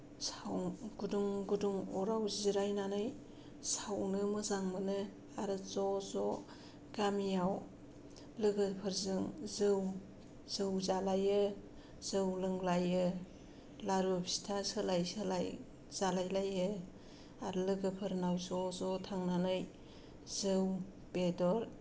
साव गुदुं गुदुं अराव जिरायनानै सावनो मोजां मोनो आरो ज' ज' गामियाव लोगोफोरजों जौ जौ जालायो जौ लोंलायो लारु फिथा सोलाय सोलाय जालायलायो आरो लोगोफोरनाव ज' ज' थांनानै जौ बेदर